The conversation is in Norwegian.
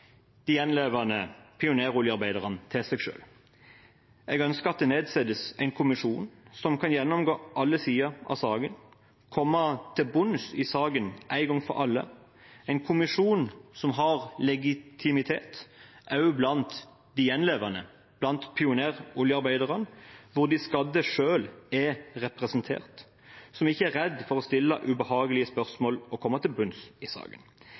de gjenlevende pioneroljearbeiderne til seg selv. Jeg ønsker at det nedsettes en kommisjon som kan gjennomgå alle sider av saken, komme til bunns i saken en gang for alle – en kommisjon som har legitimitet, også blant de gjenlevende, blant pioneroljearbeiderne, hvor de skadde selv er representert, som ikke er redd for å stille ubehagelige spørsmål og komme til bunns i saken.